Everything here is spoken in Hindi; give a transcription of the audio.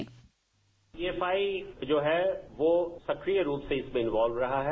बाइट पीएफआई जो है वो सक्रिय रूप से इसमें इनवॉल्व रहा है